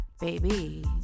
baby